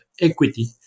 equity